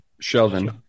Sheldon